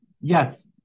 yes